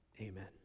Amen